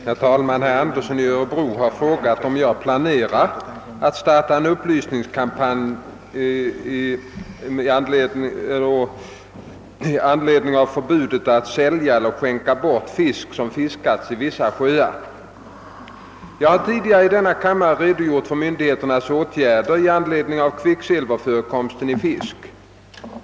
Herr talman! Herr Andersson i Örebro har frågat om jag planerar att starta en upplysningskampanj med anledning av förbudet att sälja eller skänka bort fisk som fiskats i vissa sjöar. Jag har tidigare i denna kammare redogjort för myndigheternas åtgärder i anledning av kvicksilverförekomsten i fisk.